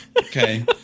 Okay